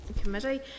committee